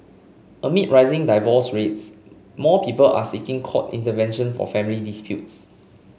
amid rising divorce rates more people are seeking court intervention for family disputes